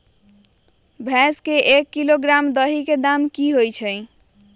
भैस के एक किलोग्राम दही के दाम का होई?